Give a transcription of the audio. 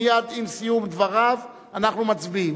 מייד עם סיום דבריו אנחנו מצביעים.